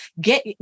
get